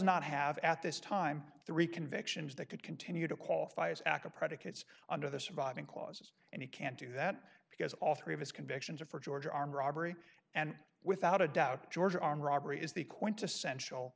not have at this time three convictions that could continue to qualify as aca predicates under the surviving clauses and he can't do that because all three of his convictions are for georgia armed robbery and without a doubt george are armed robbery is the quintessential